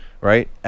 Right